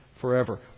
forever